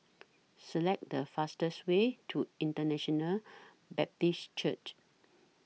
Select The fastest Way to International Baptist Church